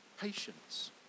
Patience